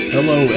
Hello